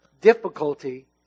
difficulty